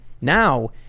Now